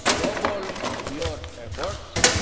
double your efforts,